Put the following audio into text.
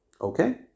Okay